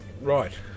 Right